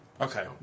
Okay